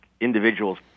individuals